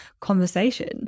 conversation